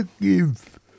give